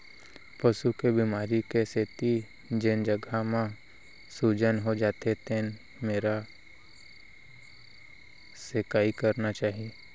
पसू के बेमारी के सेती जेन जघा म सूजन हो जाथे तेन मेर सेंकाई करना चाही